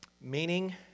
meaning